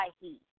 heat